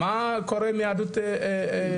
מה קורה עם יהדות תוניס,